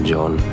John